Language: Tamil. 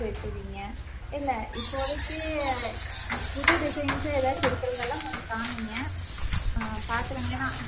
சரி சரிங்க இல்லை இப்போதைக்கு புது டிசைன்ஸ் ஏதாச்சும் இருக்கிறதெல்லாம் கொஞ்சம் காமிங்க ஆ பார்க்குறேங்க ஏன்னால்